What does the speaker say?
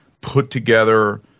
put-together